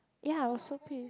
ya was so pissed